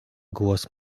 głos